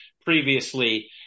previously